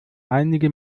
einige